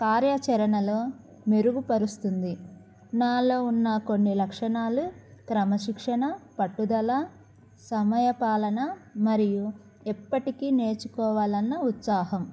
కార్యాచరణలో మెరుగుపరుస్తుంది నాలో ఉన్న కొన్ని లక్షణాలు క్రమశిక్షణ పట్టుదల సమయపాలన మరియు ఎప్పటికీ నేర్చుకోవాలన్న ఉత్సాహం